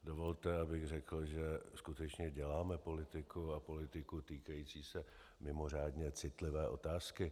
Dovolte, abych řekl, že skutečně děláme politiku, a politiku týkající se mimořádně citlivé otázky.